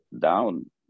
down